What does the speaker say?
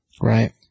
Right